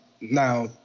now